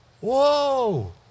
Whoa